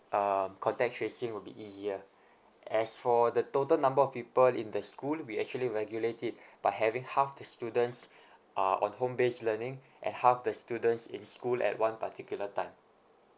um contact tracing would be easier as for the total number of people in the school we actually regulate it by having half the students uh on home based learning and half the students in school at one particular time